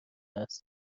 است